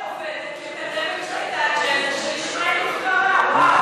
הקואליציה עובדת לקדם את האג'נדה שלשמה היא נבחרה.